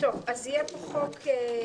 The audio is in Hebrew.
פרק א':